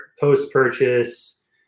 post-purchase